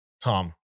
Tom